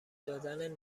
دادن